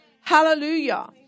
Hallelujah